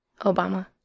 Obama